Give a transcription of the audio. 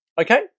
Okay